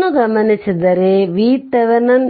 ಇದನ್ನು ಗಮನಿಸಿದರೆ VThevenin